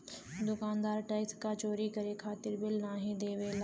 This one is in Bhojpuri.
दुकानदार टैक्स क चोरी करे खातिर बिल नाहीं देवला